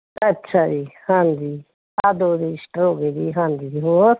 ਅੱਛਾ ਜੀ ਹਾਂਜੀ ਆ ਦੋ ਰਜਿਸਟਰ ਹੋ ਗਏ ਜੀ ਹਾਂਜੀ ਜੀ ਹੋਰ